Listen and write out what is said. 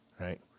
Right